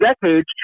decades